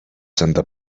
santa